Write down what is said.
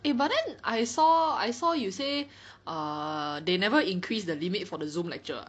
eh but then I saw I saw you say err they never increase the limit for the Zoom lecture ah